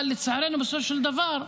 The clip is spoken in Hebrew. אבל לצערנו בסופו של דבר,